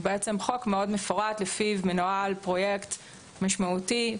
חוק מאוד מפורט לפיו מנוהל פרויקט משמעותי,